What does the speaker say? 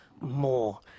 more